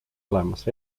olemas